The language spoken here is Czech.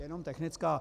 Jenom technická.